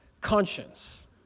conscience